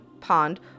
pond